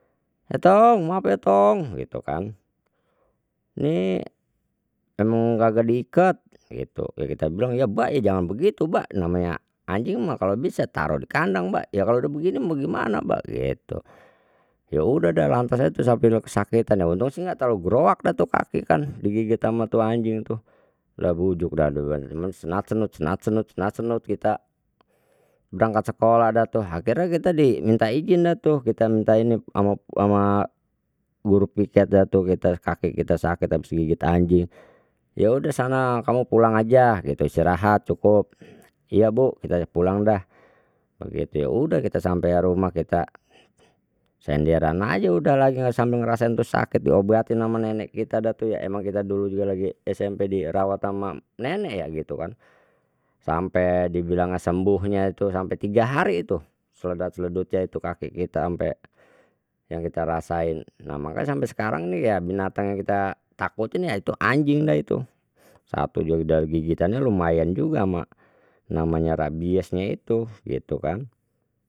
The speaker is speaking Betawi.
E tong maap ye tong gitu kan ni emang kagak diikat gitu, ya kita bilang ya bak jangan begitu bak namanya anjing mah kalau bisa taruh di kandang bak ya kalau dah begini bagaimana bak gitu ya udah dah lantas aja tu sampai kesakitan lha untung sih ga terlalu groak dah tu kaki kan, digigit sama tu anjing tuh lha bujug dah senat senut senat senut senat senut kita berangkat sekolah dah tu akhirnya kita minta izin dah tu kita minta ini ama ama guru piket dah tu kaki kita sakit habis digigit anjing udah sana kamu pulang aja gitu istirahat cukup, iya bu kita pulang dah begitu ya udah kita sampai rumah kita senderan aja udah lagi sambil ngrasain sakit diobatin ama nenek kita dah tu ya emang kita dulu lagi SMP dirawat ama nenek yak gitu kan sampai dibilang sembuhnya tuh sampai tiga hari itu sledat sledutnya itu kaki kita ampe yang kita rasain, na mangkanya sampai sekarang nih ya binatangnya kita takutin ya itu anjing dah itu satu juga gigitannya udah lumayan juga ama namanya rabiesnya itu gitu